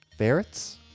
Ferrets